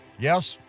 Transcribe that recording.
yes,